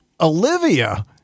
Olivia